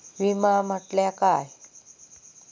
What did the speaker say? विमा म्हटल्या काय?